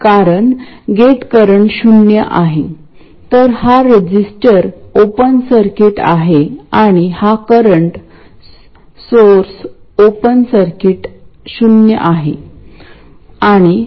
तर कधीकधी सामान्यपणे फक्त ही चिन्हांकित केलेली रेषा VDD दर्शविली जाते याचा अर्थ असा की इथे या पॉईंट आणि ग्राउंड दरम्यान VDD या व्हॅल्यू ची बॅटरी आहे